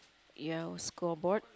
you have a scoreboard